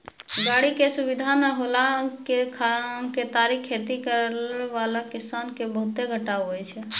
गाड़ी के सुविधा नै होला से केतारी खेती करै वाला किसान के बहुते घाटा हुवै छै